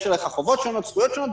יש עליך חובות שונות וזכויות שונות,